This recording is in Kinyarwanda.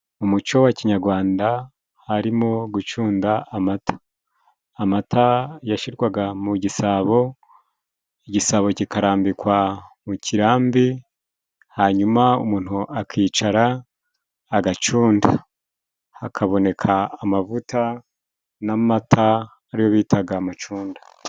Mu muco wa kinyarwanda harimo gucunda amata. Amata yashirwaga mu gisabo, igisabo kikarambikwa mu kirambi, hanyuma umuntu akicara agacunda. Hakaboneka amavuta n'amata ariyo bitaga amacunda.